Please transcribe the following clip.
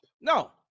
No